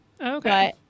Okay